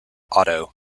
otto